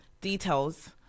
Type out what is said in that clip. Details